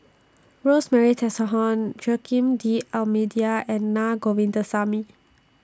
Rosemary Tessensohn Joaquim D'almeida and Na Govindasamy